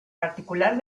particular